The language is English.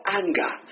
anger